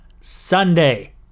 Sunday